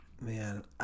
man